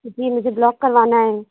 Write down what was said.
جی مجھے بلاک کروانا ہے